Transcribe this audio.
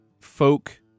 folk